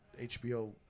HBO